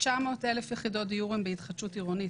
900,000 יחידות דיור הן בהתחדשות עירונית.